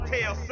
Tell